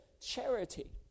Charity